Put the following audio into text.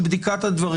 של בדיקת הדברים.